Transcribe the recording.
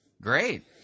Great